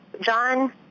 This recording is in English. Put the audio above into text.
John